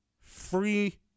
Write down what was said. free